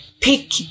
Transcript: pick